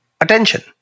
attention